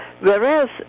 whereas